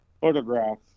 photograph